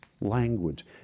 language